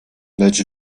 lecz